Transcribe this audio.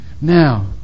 Now